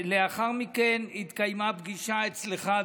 לאחר מכן התקיימה פגישה אצלך,